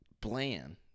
bland